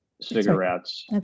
cigarettes